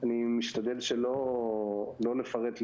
אני משתדל שלא לפרט,